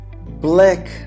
black